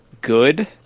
good